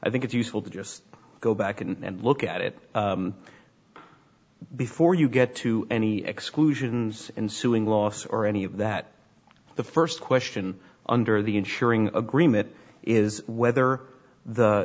i think it's useful to just go back and look at it before you get to any exclusions in suing loss or any of that the first question under the ensuring agreement is whether the